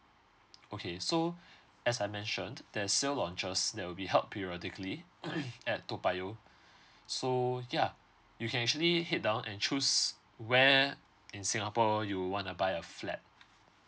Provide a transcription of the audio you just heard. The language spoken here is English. okay so as I mentioned there's still launchers there will be held periodically at toa payoh so yeah you can actually head down and choose where in singapore you wanna buy a flat